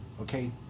okay